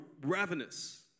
ravenous